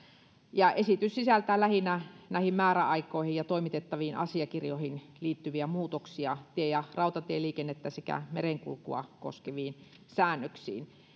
ja esitys sisältää lähinnä määräaikoihin ja toimitettaviin asiakirjoihin liittyviä muutoksia tie ja rautatieliikennettä sekä merenkulkua koskeviin säännöksiin